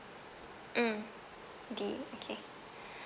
mm D okay